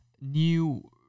new